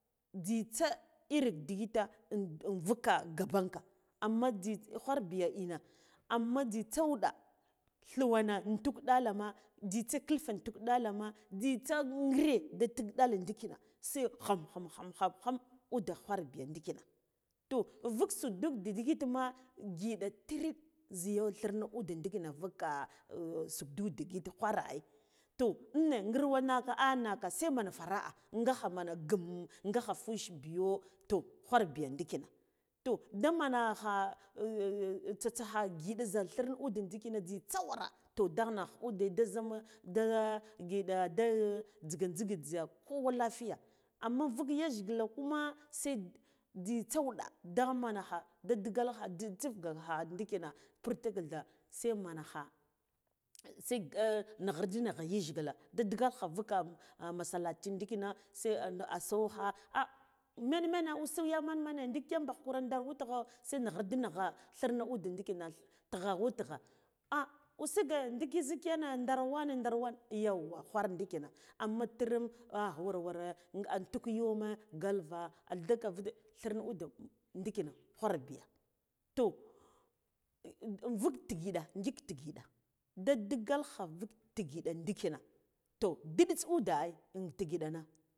Njitsa iri ndigita un un vug ngabanka amma nji ghwarbiya ina amma njitsa wuɗa thuwena un tuk ɗila na njitsi kilfe intuk ɗala ma njitsa nghire da tik ɗala ndikine sai khim khem kham kham kham ude ghwarbi ndikina toh vuk su duk digitma ngiɗa tiriɗ zhiyo thirna ude ndikin, vuka sukdu digit ghware ai toh ine ngurwo ngaka al ngaka sai man fara'a ngakha man kam ngakha fushi biyo toh ghwarbiya ndichia toh damen kha tsaskha ngiɗa zha thir ude ndikine tojitsa wura toh da nagh ude da zhama da ngiɗa da nzigan. Nzige jza kowa lafiya amma vuk yajghila kuma zi njitsa wuɗa daman kha da digalha da tsifganha ndikina purtiktha sai mon kha sai nagherdi nagha yajgila da dikakha vula masallaci ndikina sai se asokha ah men mene usuk yi mene mene jikhen diken bagh kure dar witgha sai nagharti nagha thirne ude ndirina tigha witghr ah usuge ndik zhikinna dar wane dar wane yauwa ghwara ndikina amma tiril ah ware ware un tuk yuwe galva adaka vuga thire ude ndikina ghwar biya toh vuk tigiɗa ngik tigiɗa da digalkha vug tigiɗa ndikhina toh diɗits udeh ai in tigi giɗa.